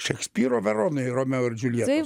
šekspyro veronoje romeo ir džiuljetos